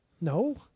No